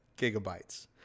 gigabytes